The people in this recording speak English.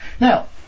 Now